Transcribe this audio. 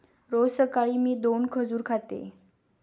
रोज सकाळी मी दोन खजूर खाते